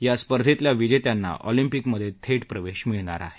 या स्पर्धेतल्या विजेत्यांना ऑलिम्पिकमध्ये थेट प्रवेश मिळणार आहे